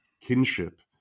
kinship